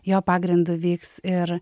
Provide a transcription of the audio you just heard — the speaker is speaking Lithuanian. jo pagrindu vyks ir